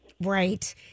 Right